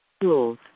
Tools